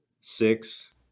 six